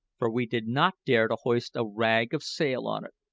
for we did not dare to hoist a rag of sail on it.